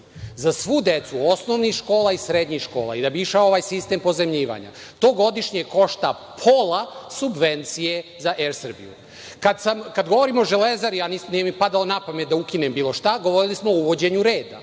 za svu decu, osnovnih i srednjih škola i da bi išao ovaj sistem pozajmljivanja, to godišnje košta pola subvencije za „Er Srbiju“.Kada govorimo o Železari, a nije mi padalo napamet da ukinem bilo šta, govorili smo o uvođenju reda.